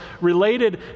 related